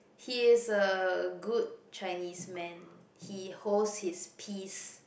he is a good Chinese man he holds his peace